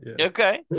okay